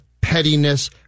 pettiness